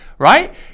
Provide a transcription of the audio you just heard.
right